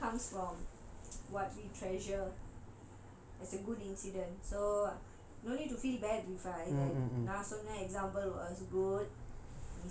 I think memorable meal comes from what we treasure as a good incident so no need to feel bad if I had நா சொன்ன:naa sonna example was good